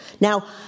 Now